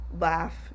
laugh